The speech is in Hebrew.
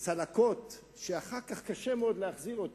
צלקות שאחר כך קשה מאוד להחזיר אותן,